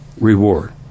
reward